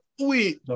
oui